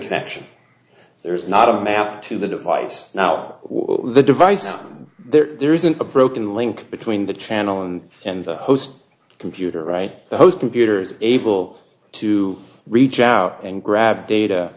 connection there's not a map to the device now the device there isn't a broken link between the channel and and the host computer right the host computers able to reach out and grab data